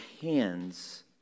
hands